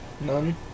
none